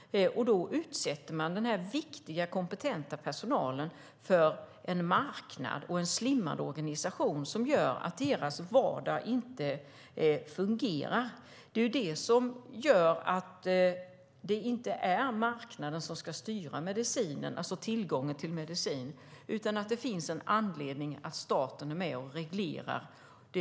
Man utsätter nu den viktiga och kompetenta personalen för en marknad och en slimmad organisation som gör att deras vardag inte fungerar. Det är inte marknaden som ska styra tillgången till medicin. Det finns en anledning till att staten är med och reglerar.